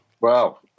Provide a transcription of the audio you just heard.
Wow